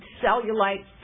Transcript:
cellulite